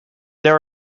there